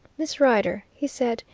miss rider, he said,